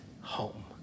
home